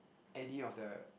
any of the